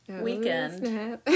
weekend